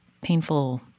painful